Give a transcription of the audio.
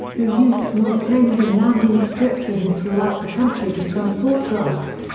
who use small planes and landing strips hidden throughout the country to transport drugs.